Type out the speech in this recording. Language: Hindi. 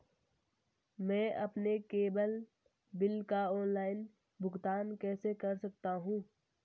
मैं अपने केबल बिल का ऑनलाइन भुगतान कैसे कर सकता हूं?